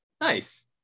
nice